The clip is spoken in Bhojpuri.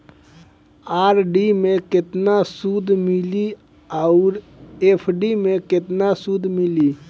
आर.डी मे केतना सूद मिली आउर एफ.डी मे केतना सूद मिली?